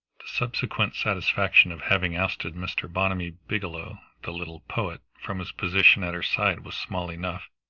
the subsequent satisfaction of having ousted mr. bonamy biggielow, the little poet, from his position at her side was small enough,